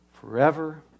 forever